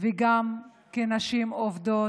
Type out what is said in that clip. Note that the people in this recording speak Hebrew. וגם כנשים עובדות,